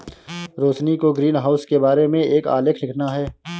रोशिनी को ग्रीनहाउस के बारे में एक आलेख लिखना है